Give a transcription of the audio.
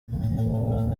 umunyamabanga